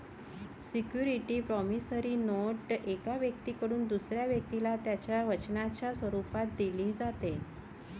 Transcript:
security promissory note एका व्यक्तीकडून दुसऱ्या व्यक्तीला त्याच्या वचनाच्या स्वरूपात दिली जाते